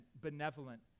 benevolent